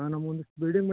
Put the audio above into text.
ಹಾಂ ನಮಸ್ತೆ